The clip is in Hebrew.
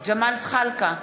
ג'מאל זחאלקה,